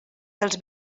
dels